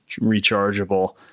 rechargeable